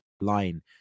...line